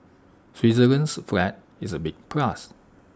Switzerland's flag is A big plus